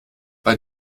bei